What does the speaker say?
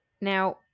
Now